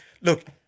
Look